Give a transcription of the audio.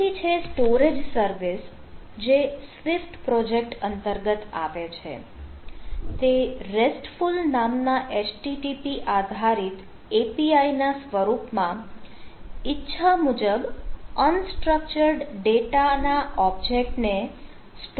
પછી છે storage service જે સ્વીફ્ટ કરી શકે છે